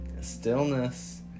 Stillness